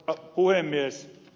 arvoisa puhemies